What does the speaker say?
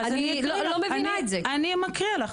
אני אקריא,